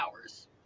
hours